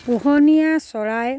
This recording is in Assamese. পোহনীয়া চৰাই